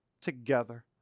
together